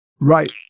Right